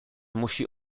musi